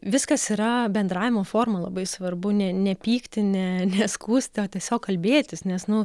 viskas yra bendravimo forma labai svarbu ne nepykti ne skųsti o tiesiog kalbėtis nes nu